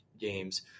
games